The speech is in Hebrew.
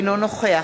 אינו נוכח